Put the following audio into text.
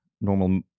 normal